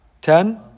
Ten